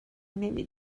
نمی